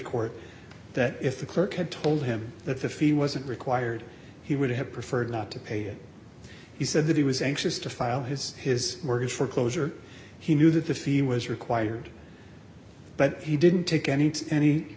court that if the clerk had told him that the fee wasn't required he would have preferred not to pay it he said that he was anxious to file his his mortgage foreclosure he knew that the fee was required but he didn't take any any